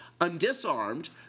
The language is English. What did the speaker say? Undisarmed